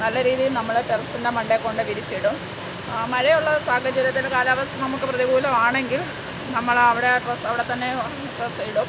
നല്ല രീതിയിൽ നമ്മൾ ടെറസിൻ്റെ മണ്ടയിൽ കൊണ്ട് വിരിച്ചിടും മഴയുള്ള സാഹചര്യത്തിൽ കാലാവസ്ഥ നമുക്ക് പ്രതികൂലമാണെങ്കിൽ നമ്മൾ ആ അവർ ആ ഡ്രസ്സ് അവിടെത്തന്നെ ഡ്രസ്സ് ഇടും